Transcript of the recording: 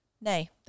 nay